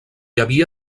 havia